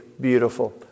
beautiful